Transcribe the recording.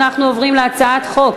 אנחנו עוברים להצעת החוק